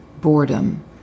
boredom